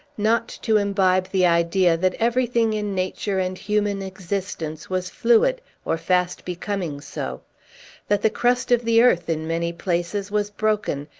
not to imbibe the idea that everything in nature and human existence was fluid, or fast becoming so that the crust of the earth in many places was broken,